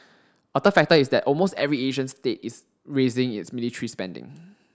a third factor is that almost every Asian state is raising its military spending